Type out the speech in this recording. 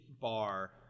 bar